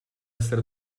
essere